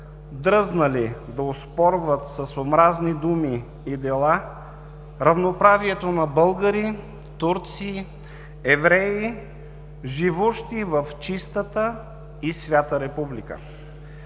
дръзнали да оспорват с омразни думи и дела равноправието на българи, турци, евреи, живущи в чистата и свята република.